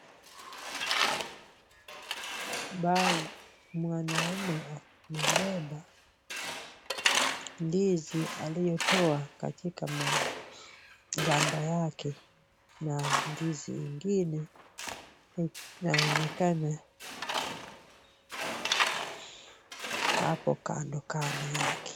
Mwanamume amebeba ndizi aliyotoa katika ganda yake na ndizi ingine inaonekana hapo kando kando yake.